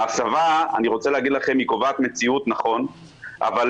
זה נכון שהשפה קובעת מציאות, אבל